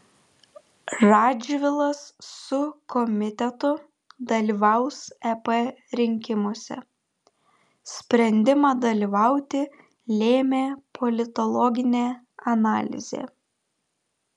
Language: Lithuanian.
radžvilas su komitetu dalyvaus ep rinkimuose sprendimą dalyvauti lėmė politologinė analizė